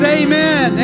amen